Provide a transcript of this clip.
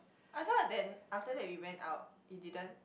I thought then after that we went out it didn't